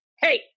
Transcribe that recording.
hey